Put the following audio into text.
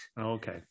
okay